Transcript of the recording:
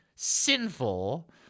Sinful